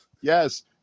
Yes